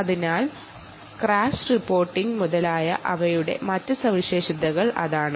അതിനാൽ crash reporting അവരുടെ മറ്റ് സവിശേഷതകളിൽ ഒന്നാണ്